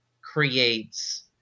creates